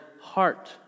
heart